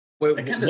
Wait